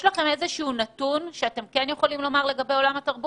שלום לכולם, היום יום שני, כ"א בכסלו תשפ"א,